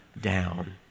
down